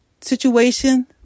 situation